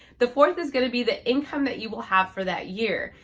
the fourth is going to be the income that you will have for that year.